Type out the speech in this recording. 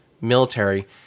military